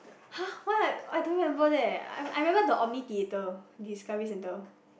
!hah! what I don't remember leh I I remember the Omni Theater Discovery center